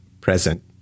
present